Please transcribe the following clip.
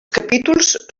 capítols